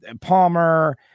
Palmer